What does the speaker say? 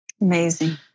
Amazing